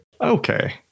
Okay